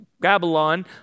Babylon